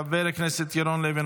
חבר הכנסת ירון לוי,